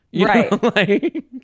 right